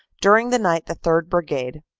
during the night the third. brigade,